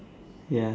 ya